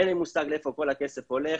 אין לי מושג לאיפה כל הכסף הולך,